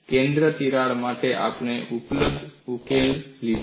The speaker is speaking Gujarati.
કેન્દ્ર તિરાડ માટે આપણે ઉપલબ્ધ ઉકેલ લીધો